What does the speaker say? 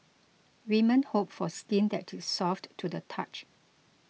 women hope for skin that is soft to the touch